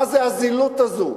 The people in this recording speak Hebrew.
מה הזילות הזאת?